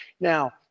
Now